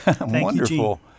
Wonderful